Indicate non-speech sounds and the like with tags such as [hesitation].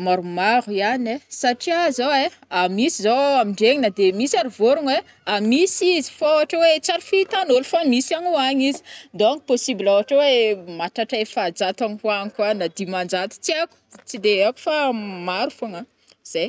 maromaro ihany e satria zao ai, misy zao amindregny na de misy ary vôrogno e, misy izy fô ôhatra oe tsy ary fihitan'ôlo fô misy any ho agny izy, donc possible ôhatra oe mahatratra efajato aninkoany kôa na dimanjato tsy aiko tsy de aiko fa [hesitation] maro fogna, zai.